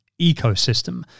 ecosystem